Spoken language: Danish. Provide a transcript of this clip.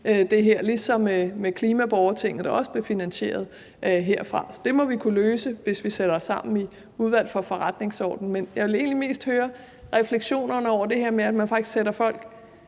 regi – ligesom med klimaborgertinget, der også bliver finansieret herfra. Så det må vi kunne løse, hvis vi sætter os sammen i Udvalget for Forretningsordenen. Men jeg vil egentlig mest høre refleksionerne over det her med, at man faktisk sætter folk